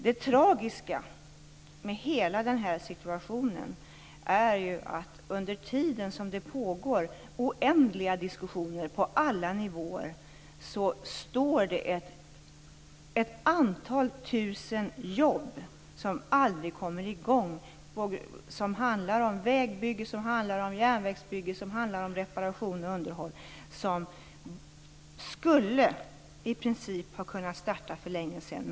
Det tragiska med hela den här situationen är att under tiden som det pågår oändliga diskussioner på alla nivåer kommer ett antal tusen jobb aldrig i gång. Det handlar om vägbyggen, järnvägsbyggen, reparationer och underhåll. De skulle i princip ha kunnat startas för länge sedan.